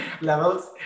levels